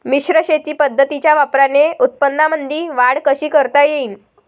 मिश्र शेती पद्धतीच्या वापराने उत्पन्नामंदी वाढ कशी करता येईन?